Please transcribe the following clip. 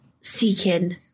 seeking